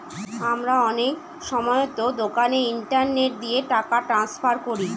আমরা অনেক সময়তো দোকানে ইন্টারনেট দিয়ে টাকা ট্রান্সফার করি